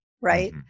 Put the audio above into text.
right